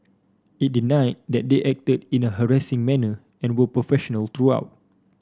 it denied that they acted in a harassing manner and were professional throughout